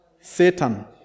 Satan